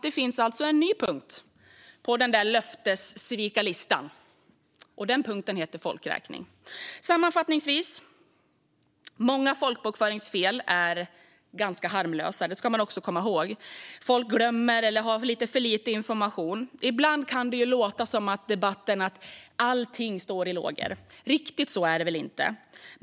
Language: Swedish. Det finns alltså en ny punkt på löftessvikarlistan, och den punkten heter folkräkning. Sammanfattningsvis: Många folkbokföringsfel är ganska harmlösa; det ska man också komma ihåg. Folk glömmer eller har för lite information. Ibland kan det låta i debatten som om allt står i lågor. Riktigt så är det väl inte.